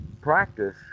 practice